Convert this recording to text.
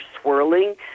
swirling